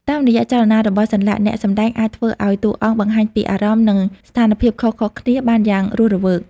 តាមរយៈចលនារបស់សន្លាក់ អ្នកសម្ដែងអាចធ្វើឲ្យតួអង្គបង្ហាញពីអារម្មណ៍ និងស្ថានភាពខុសៗគ្នាបានយ៉ាងរស់រវើក។